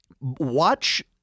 Watch